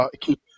keep